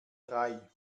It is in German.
drei